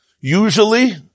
Usually